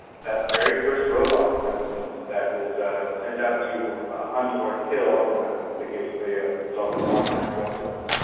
that very first robot, for instance, that is ah sent out to hunt or kill, in the case of a ah self-autonomous drone, for instance,